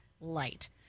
light